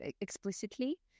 explicitly